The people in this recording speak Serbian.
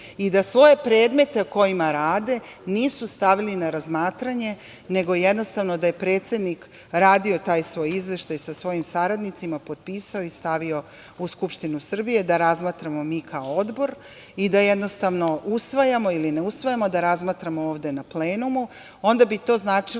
i da svoje predmete na kojima rade nisu stavili na razmatranje, nego jednostavno, da je predsednik radio taj svoj izveštaj sa svojim saradnicima, potpisao i stavio u Skupštinu Srbije da razmatramo mi kao Odbor i da jednostavno, usvajamo ili ne usvajamo, da razmatramo ovde na plenumu. Onda bi to značilo,